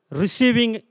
receiving